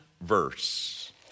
verse